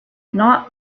not